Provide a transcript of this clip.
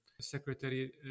Secretary